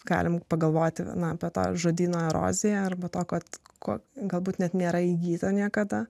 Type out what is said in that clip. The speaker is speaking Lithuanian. galime pagalvoti na be to žodyno erozija arba to kad ko galbūt net nėra įgyta niekada